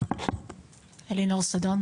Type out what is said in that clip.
אלינור סדון,